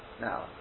Now